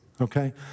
Okay